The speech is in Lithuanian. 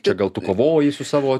čia gal tu kovoji su savo